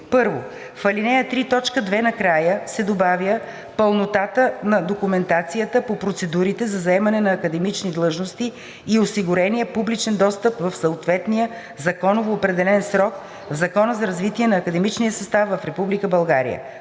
1. В ал. 3, т. 2 накрая се добавя „пълнотата на документацията по процедурите за заемане на академични длъжности и осигурения публичен достъп в съответния законово определен срок в Закона за развитието на академичния състав в Република